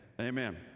Amen